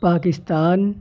Pakistan